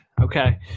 Okay